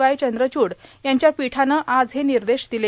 Y Chandrachud यांच्या पीठानं आज हे निर्देश दिले